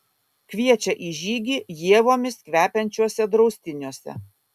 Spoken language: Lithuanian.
kviečia į žygį ievomis kvepiančiuose draustiniuose